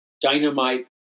dynamite